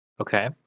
Okay